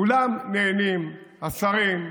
כולם נהנים: השרים,